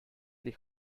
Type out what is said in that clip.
the